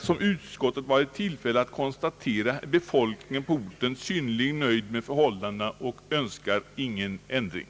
Som utskottet varit i tillfälle att konstatera är befolkningen på orten synnerligen nöjd med förhållandena och önskar ingen ändring.